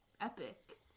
Epic